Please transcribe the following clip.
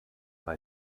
bei